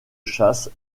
chasse